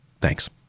Thanks